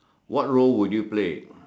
what role would you play